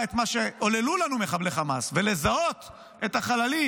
שעוללו לנו מחבלי חמאס ולזהות את החללים,